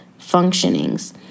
functionings